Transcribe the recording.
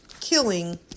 killing